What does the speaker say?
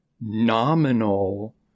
nominal